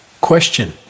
Question